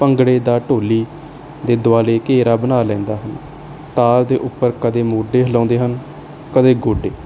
ਭੰਗੜੇ ਦਾ ਢੋਲੀ ਦੇ ਦੁਆਲੇ ਘੇਰਾ ਬਣਾ ਲੈਂਦਾ ਹੈ ਤਾਲ ਦੇ ਉੱਪਰ ਕਦੇ ਮੋਢੇ ਹਿਲਾਉਂਦੇ ਹਨ ਕਦੇ ਗੋਡੇ